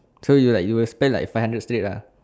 so you will like you will spend like five hundred straight lah